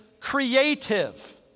creative